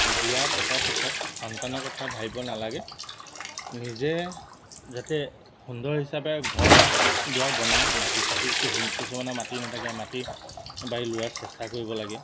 বিয়া পতাৰ পিছত সন্তানৰ কথা ভাবিব নালাগে নিজে যাতে সুন্দৰ হিচাপে ঘৰ দুৱাৰ বনায় মাটি চাটি কিছুমানে মাটি নাথাকে মাটি বাৰী লোৱাৰ চেষ্টা কৰিব লাগে